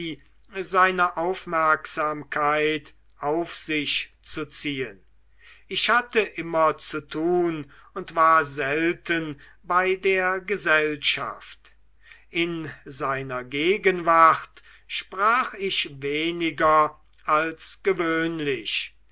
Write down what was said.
seine aufmerksamkeit auf sich zu ziehen ich hatte immer zu tun und war selten bei der gesellschaft in seiner gegenwart sprach ich weniger als gewöhnlich